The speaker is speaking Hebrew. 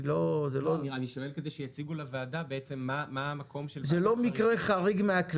אני שואל כדי שיציגו לוועדה מה המקום של ועדת החריגים.